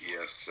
Yes